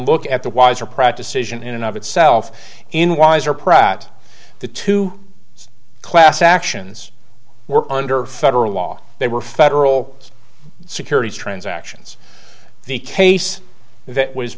look at the wiser pratt decision in and of itself in wiser prot the two class actions were under federal law they were federal securities transactions the case that was